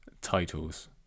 titles